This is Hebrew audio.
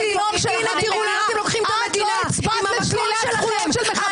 עם המקום שלכם.